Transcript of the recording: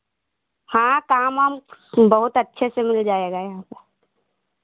हाँ काम वाम बहुत अच्छे से मिल जायेगा यहाँ पे